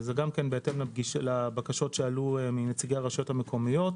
זה גם בהתאם לבקשות שעלו מנציגי הרשויות המקומיות.